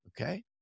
okay